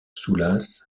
soulas